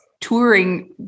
touring